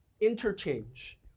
interchange